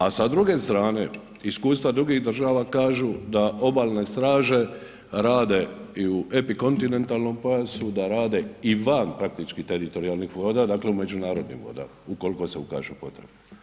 A sa druge strane, iskustva drugih država kažu da Obalne straže rade i u epikontinentalnom pojasu, da rade i van praktički teritorijalnih voda, dakle u međunarodnim vodama, ukoliko se ukaže potreba.